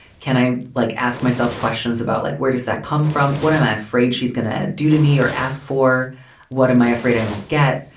can i like ask myself questions about like where does that come from? what i'm afraid she's gonna do to me or ask for what am i afraid i won't get?